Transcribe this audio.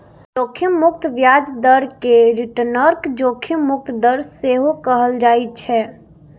जोखिम मुक्त ब्याज दर कें रिटर्नक जोखिम मुक्त दर सेहो कहल जाइ छै